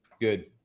Good